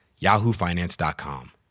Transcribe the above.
yahoofinance.com